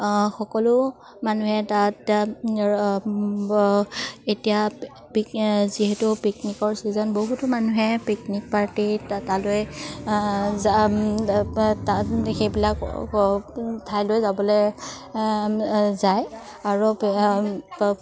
সকলো মানুহে তাত এতিয়া পিক যিহেতু পিকনিকৰ ছিজন বহুতো মানুহে পিকনিক পাৰ্টি তালৈ সেইবিলাক ঠাইলৈ যাবলৈ যায় আৰু